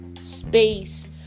space